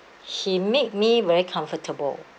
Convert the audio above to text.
he made me very comfortable